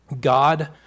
God